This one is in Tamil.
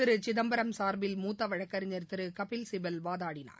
திரு சிதம்பரம் சார்பில் மூத்த வழக்கறிஞர் திரு கபில் சிபல் வாதாடினார்